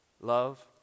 love